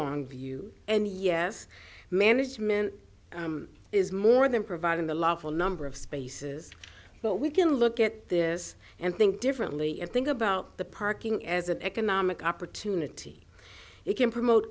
long view and yes management is more than providing the level number of spaces but we can look at this and think differently and think about the parking as an economic opportunity it can promote